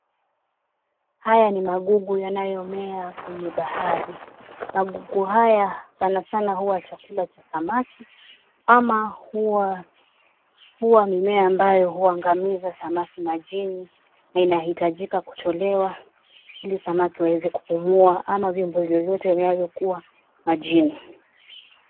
Haya ni magugu yanayomea kwenye bahari. Magugu haya sanasana huwa chakula cha samaki ama huwa, huwa mimea ambayo huangamiza samaki majini na inahitajika kutolewa ili samaki waweze kupumua ama vyombo vyovyote vinavyokuwa majini.